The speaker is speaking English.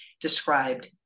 described